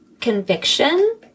conviction